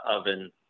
oven